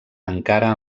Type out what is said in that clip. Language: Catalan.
encara